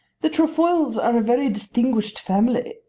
the trefoils are a very distinguished family,